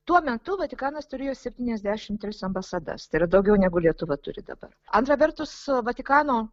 tuo metu vatikanas turėjo septyniasdešim tris ambasadas tai yra daugiau negu lietuva turi dabar antra vertus vatikano